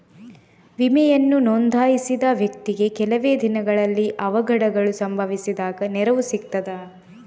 ವಿಮೆಯನ್ನು ನೋಂದಾಯಿಸಿದ ವ್ಯಕ್ತಿಗೆ ಕೆಲವೆ ದಿನಗಳಲ್ಲಿ ಅವಘಡಗಳು ಸಂಭವಿಸಿದಾಗ ನೆರವು ಸಿಗ್ತದ?